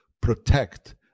protect